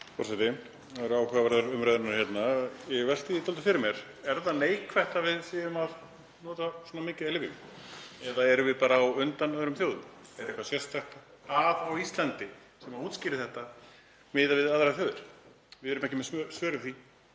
Það eru áhugaverðar umræðurnar hérna. Ég velti dálítið fyrir mér: Er það neikvætt að við séum að nota svona mikið af lyfjum eða erum við bara á undan öðrum þjóðum? Er eitthvað sérstakt á Íslandi sem útskýrir þetta miðað við aðrar þjóðir? Við erum ekki með svör við því.